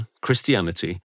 Christianity